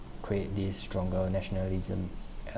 create these stronger nationalism